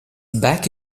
back